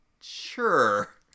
sure